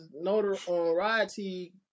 notoriety